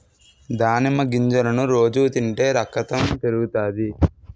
దానిమ్మ గింజలను రోజు తింటే రకతం పెరుగుతాది